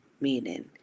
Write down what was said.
meaning